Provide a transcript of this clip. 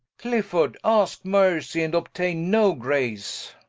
clifford, aske mercy, and obtaine no grace